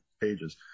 pages